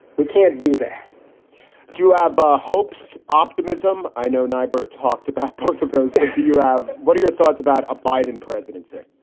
we can't do that do have ah hopes, optimism. i know niebuhr talked about both of those, but do you have what are your thoughts about a biden presidency?